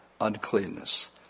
uncleanness